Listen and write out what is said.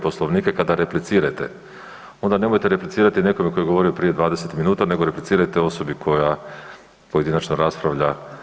Poslovnika kada replicirate onda nemojte replicirati nekome ko je govorio prije 20 minuta nego replicirajte osobi koja pojedinačno raspravlja.